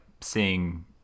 seeing